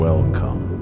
Welcome